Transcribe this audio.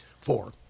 Four